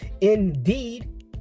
indeed